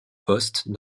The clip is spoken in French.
postes